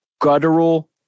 guttural